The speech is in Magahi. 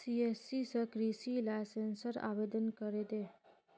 सिएससी स कृषि लाइसेंसेर आवेदन करे दे